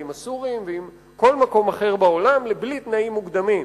עם הסורים ועם כל מקום אחר בעולם בלי תנאים מוקדמים.